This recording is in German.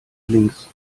links